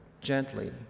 gently